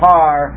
Par